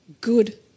good